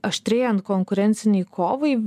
aštrėjant konkurencinei kovai